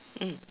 mm